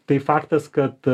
tai faktas kad